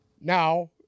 Now